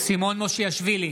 סימון מושיאשוילי,